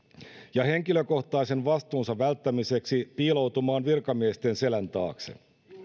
ja henkilökohtaisen vastuunsa välttämiseksi piiloutumaan virkamiesten selän taakse